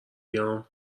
بیام